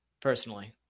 personally